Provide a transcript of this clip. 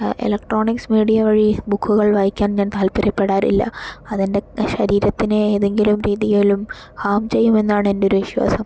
electronics media വഴി ബുക്കുകൾ വായിക്കാൻ ഞാൻ താല്പര്യപ്പെടാറില്ല അതെൻ്റെ ശരീരത്തിനെ ഏതെങ്കിലും രീതിയിലും ഹാം ചെയ്യുമെന്നാണ് എൻ്റെ ഒരു വിശ്വാസം